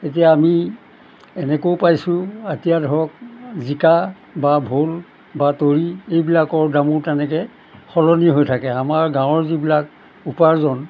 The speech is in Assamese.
এতিয়া আমি এনেকেও পাইছোঁ এতিয়া ধৰক জিকা বা ভোল বা তৰি এইবিলাকৰ দামো তেনেকে সলনি হৈ থাকে আমাৰ গাঁৱৰ যিবিলাক উপাৰ্জন